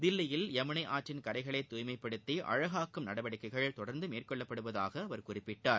தில்லியில் யமுனை ஆற்றின் கரைகளை தூய்மைப்படுத்தி அழகாக்கும் நடவடிக்கைகள் தொடர்ந்து மேற்கொள்ளப்படுவதாக அவர் குறிப்பிட்டார்